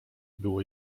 był